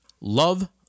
love